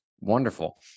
wonderful